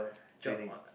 training